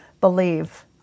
believe